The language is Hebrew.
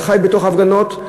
וחי בתוך הפגנות,